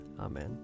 Amen